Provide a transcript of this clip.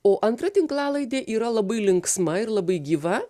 o antra tinklalaidė yra labai linksma ir labai gyva